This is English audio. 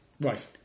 Right